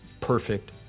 perfect